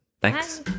thanks